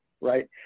right